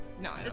No